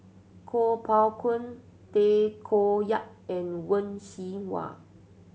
Kuo Pao Kun Tay Koh Yat and Wen Jinhua